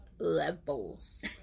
Levels